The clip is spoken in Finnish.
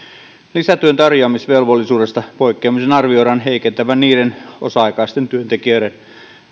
lisätyön tarjoamisvelvollisuudesta poikkeamisen arvioidaan heikentävän niiden osa aikaisten työntekijöiden